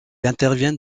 interviennent